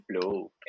flow